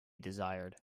desired